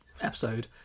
episode